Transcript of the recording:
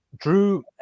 Drew